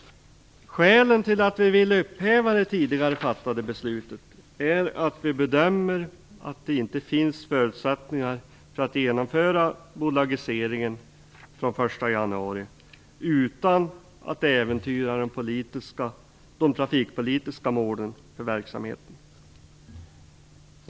Skälen till att vi vill upphäva det tidigare fattade beslutet är att vi bedömer att det inte finns förutsättningar för att genomföra en bolagisering från den 1 januari utan att äventyra de trafikpolitiska målen för verksamheten.